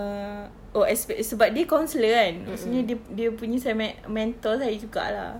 err oh expect sebab dia counsellor kan maksudnya dia dia punya se~ men~ mentor saya juga lah